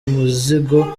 umuzigo